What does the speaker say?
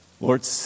Lord